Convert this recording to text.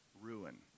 ruin